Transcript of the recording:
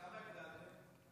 כמה הגדלתם?